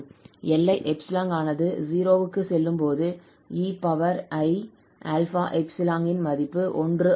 எல்லை 𝜖 ஆனது 0 க்கு செல்லும் போது ei∝∈ இன் மதிப்பு 1 ஆகும்